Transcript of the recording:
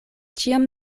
ĉiam